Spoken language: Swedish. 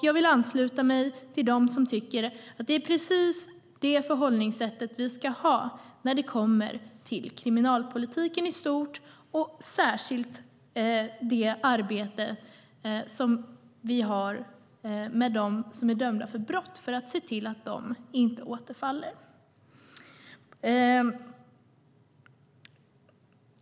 Jag vill ansluta mig till dem som tycker att det är precis detta förhållningssätt vi ska ha när det kommer till kriminalpolitiken i stort och särskilt det arbete som vi har med dem som är dömda för brott, för att se till att de inte återfaller.